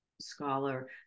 scholar